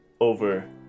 over